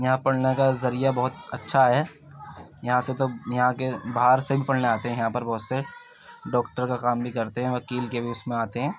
یہاں پڑھنے كا ذریعہ بہت اچّھا ہے یہاں سے تو یہاں کے باہر سے بھی پڑھنے آتے ہیں یہاں پہ بہت سے ڈاکٹر کا کام بھی کرتے ہیں وکیل کے بھی اس میں آتے ہیں